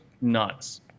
nuts